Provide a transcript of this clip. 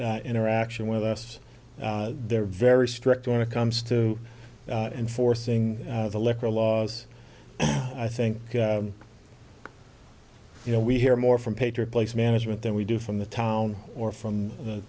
interaction with us they're very strict when it comes to enforcing the liquor laws i think you know we hear more from patriot place management than we do from the town or from the